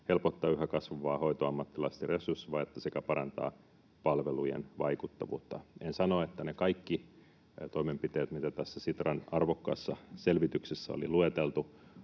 helpottaa yhä kasvavaa hoitoammattilaisten resurssivajetta sekä parantaa palvelujen vaikuttavuutta”. En sano, että ne kaikki toimenpiteet, mitä tässä Sitran arvokkaassa selvityksessä oli lueteltu,